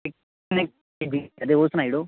ओह् सुनाई ओड़ो